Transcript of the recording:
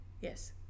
Yes